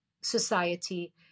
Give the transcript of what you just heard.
society